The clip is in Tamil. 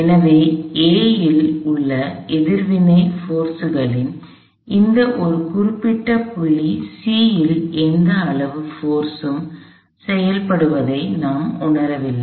எனவே A இல் உள்ள எதிர்வினை சக்திகளில் இந்த ஒரு குறிப்பிட்ட புள்ளி C இல் எந்த அளவு போர்ஸ்ஸும் செயல்படுவதை நான் உணரவில்லை